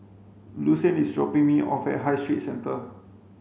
Lucian is dropping me off at High Street Centre